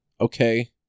Okay